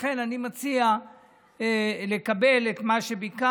לכן אני מציע לקבל את מה שביקשת.